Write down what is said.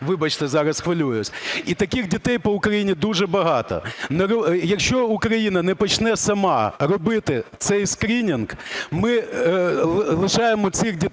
вибачте, зараз хвилююсь. І таких дітей по Україні дуже багато. Якщо Україна не почне сама робити цей скринінг, ми лишаємо цих дітей